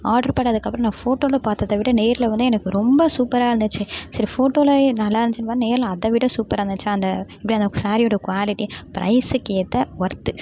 order பண்ணிணதுக்கு அப்புறம் நான் போட்டோவில் பார்த்தத விட நேரில் வந்து எனக்கு ரொம்ப சூப்பராயிருந்துச்சி சரி போட்டோவிலயே நல்லாயிருந்துச்சினு நேரில் அதை விட சூப்பராயிருந்துச்சா அந்த எப்படி அந்த சாரீயோட குவாலிட்டி ப்ரைஸ்க்கு ஏற்ற ஒர்த்து